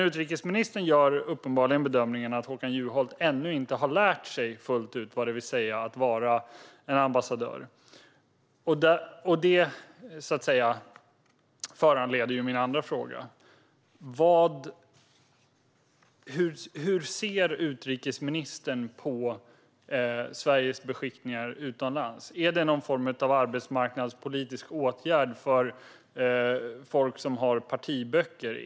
Utrikesministern gör dock uppenbarligen bedömningen att Håkan Juholt ännu inte har lärt sig fullt ut vad det vill säga att vara ambassadör. Det föranleder följande frågor: Hur ser utrikesministern på Sveriges beskickningar utomlands - är det någon form av arbetsmarknadspolitisk åtgärd för folk som har partibok?